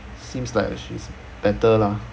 seems like she's better lah